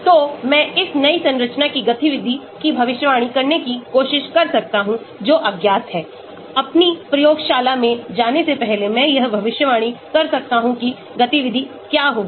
तो मैं इस नई संरचना की गतिविधि की भविष्यवाणी करने की कोशिश कर सकता हूं जो अज्ञात है अपनी प्रयोगशाला में जाने से पहले मैं यह भविष्यवाणी कर सकता हूं कि गतिविधि क्या होगी